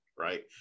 Right